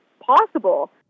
possible